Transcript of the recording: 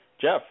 Jeff